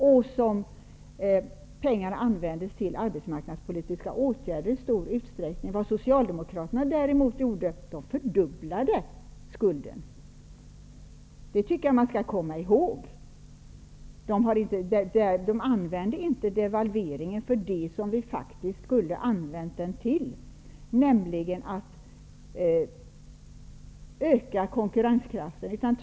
Dessa pengar användes i stor utsträckning till arbetsmarknadspolitiska åtgärder. Vad Socialdemokraterna gjorde var att man fördubblade den skulden. Det tycker jag att man skall komma ihåg. Socialdemokraterna använde inte devalveringen till vad den egentligen skulle ha använts till, nämligen att öka konkurrenskraften.